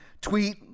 tweet